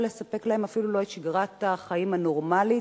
לספק להם אפילו את שגרת החיים הנורמלית,